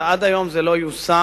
ועד היום זה לא יושם,